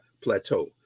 Plateau